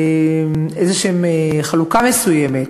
חלוקה מסוימת: